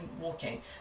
walking